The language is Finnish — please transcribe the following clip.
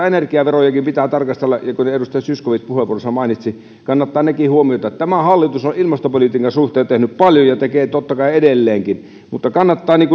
energiaverojakin pitää tarkastella ja kuten edustaja zyskowicz puheenvuorossaan mainitsi kannattaa nekin huomioida tämä hallitus on ilmastopolitiikan suhteen tehnyt paljon ja tekee totta kai edelleenkin mutta kannattaa